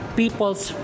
people's